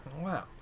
Wow